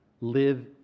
live